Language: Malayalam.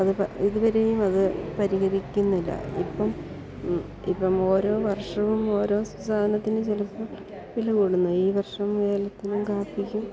അത് ഇതുവരെയും അത് പരിഹരിക്കുന്നില്ല ഇപ്പം ഇപ്പം ഓരോ വർഷവും ഓരോ സാധനത്തിന് ചിലപ്പോൾ വില കൂടുന്നു ഈ വർഷം ഏലത്തിനും കാപ്പിക്കും